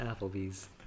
Applebee's